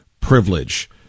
privilege